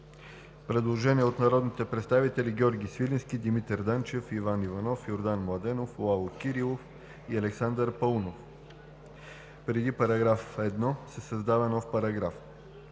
Предложение от народните представители Георги Свиленски, Димитър Данчев, Иван Иванов, Йордан Младенов, Лало Кирилов и Александър Паунов: „Преди § 1 се създава нов §…: